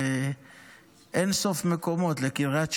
לאין-סוף מקומות, לקריית שמונה.